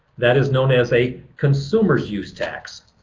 that is known as a consumer's use tax.